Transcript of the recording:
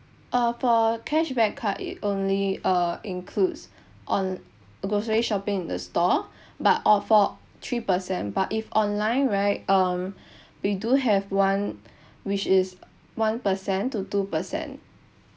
uh for cashback card it only uh includes onl~ grocery shopping in the store but orh for three percent but if online right um we do have one which is uh one percent to two percent